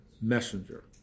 Messenger